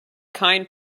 kind